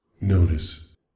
Notice